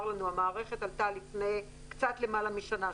לנו המערכת עלתה קצת לפני למעלה משנה,